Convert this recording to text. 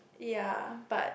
ya but